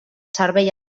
servei